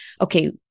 okay